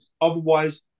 Otherwise